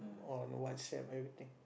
on WhatsApp everything